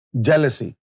jealousy